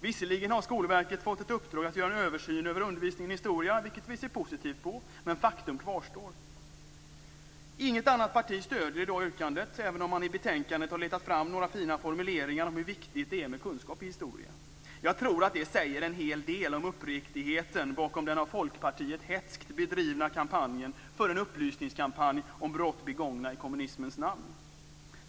Visserligen har Skolverket fått i uppdrag att göra en översyn över undervisningen i historia, vilket vi ser positivt på, men faktum kvarstår: Inget annat parti stöder i dag yrkandet, även om man i betänkandet har letat fram några fina formuleringar om hur viktigt det är med kunskap i historia. Jag tror att detta säger en hel del om uppriktigheten bakom den av Folkpartiet hätskt bedrivna kampanjen för en upplysningskampanj om brott begångna i kommunismens namn.